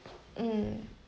mm